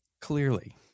Clearly